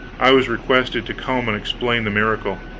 i was requested to come and explain the miracle.